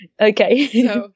okay